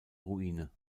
ruine